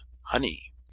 honey